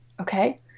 Okay